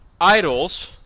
idols